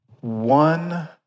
one